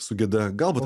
su geda galbūt